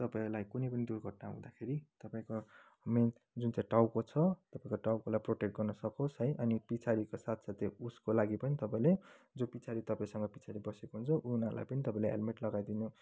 तपाईँलाई कुनै पनि दुर्घटना हुँदाखेरि तपाईँको मेन जुन चाहिँ टाउको छ तपाईँको टाउकोलाई प्रोटेक्ट गर्नसकोस् है अनि पछाडिको साथी छ उसको लागि पनि तपाईँले जो तपाईँसँग पछाडि बसेको हुन्छ उनीहरूलाई पनि तपाईँले हेलमेट लगाइदिनु